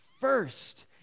first